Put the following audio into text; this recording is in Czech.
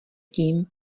tím